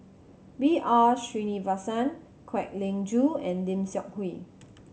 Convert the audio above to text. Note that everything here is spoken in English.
B R Sreenivasan Kwek Leng Joo and Lim Seok Hui